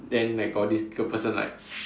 then like got this girl person like